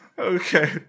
Okay